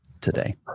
today